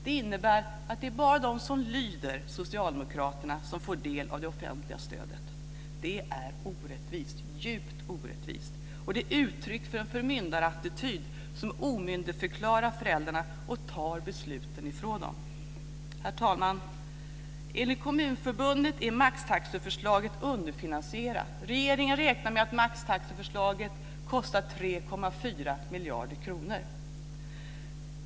Det innebär att det är bara de som lyder Socialdemokraterna som får del av det offentliga stödet. Det är djupt orättvist. Och det är uttryck för en förmyndarattityd som omyndigförklarar föräldrarna och tar besluten ifrån dem. Herr talman! Enligt Kommunförbundet är maxtaxeförslaget underfinansierat. Regeringen räknar med att maxtaxeförslaget kostar 3,4 miljarder kronor.